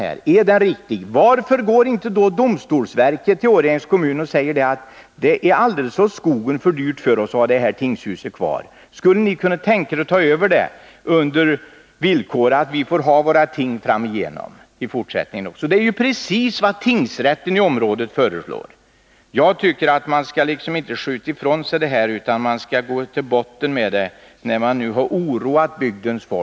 Om uppgiften är riktig, varför vänder sig då inte domstolsverket till Årjängs kommun och förklarar att det är alldeles åt skogen för dyrt för statsverket att ha kvar tingshuset i Årjäng? Varför hör man inte efter om kommunen skulle kunna tänka sig att ta över tingshuset, på villkor att ting får hållas där även i fortsättningen? Det är ju precis vad tingsrätten i området föreslår. Jag tycker inte att man skall skjuta ifrån sig det här problemet utan gå till botten med det, när man nu har oroat bygdens folk.